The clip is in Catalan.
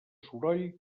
soroll